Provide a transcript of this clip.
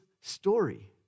story